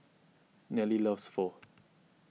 Nelly loves Pho